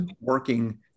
working